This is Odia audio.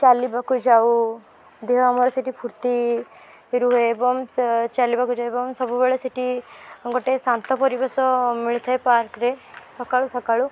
ଚାଲିବାକୁ ଯାଉ ଦେହ ଆମର ସେଇଠି ଫୁର୍ତ୍ତି ରୁହେ ଏବଂ ଚା ଚାଲିବାକୁ ଏବଂ ସବୁବେଳେ ସେଇଠି ଗୋଟେ ଶାନ୍ତ ପରିବେଶ ମିଳିଥାଏ ପାର୍କରେ ସକାଳୁ ସକାଳୁ